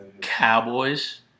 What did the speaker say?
Cowboys